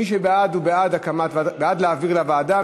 מי שבעד הוא בעד להעביר לוועדה,